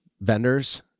vendors